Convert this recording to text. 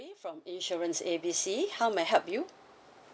from insurance A B C how may I help you